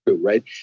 right